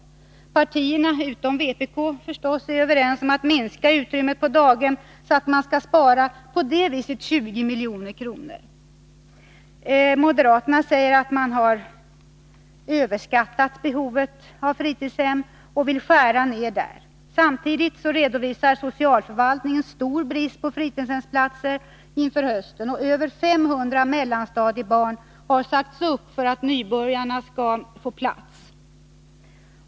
Partierna, utom givetvis vpk, är överens om att minska utrymmet på daghem för att på det viset spara 20 miljoner. Moderaterna säger att man har överskattat behovet av fritidshem och vill skära ned där. Samtidigt redovisar socialförvaltningen stor brist på fritidshemsplatser inför hösten. Över 500 mellanstadiebarn har sagts upp för att nybörjarna skall få plats.